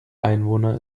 einwohner